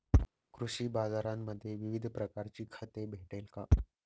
कृषी बाजारांमध्ये विविध प्रकारची खते भेटेल का?